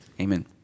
Amen